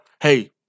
hey